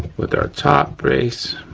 with our top brace.